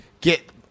get